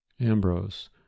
ambrose